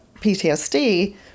PTSD